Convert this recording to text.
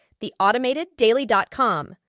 theautomateddaily.com